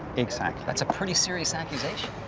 exactly. that's a pretty serious accusation.